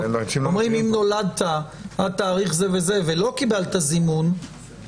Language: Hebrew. אומרים: אם נולדת עד תאריך זה וזה ולא קיבלת זימון,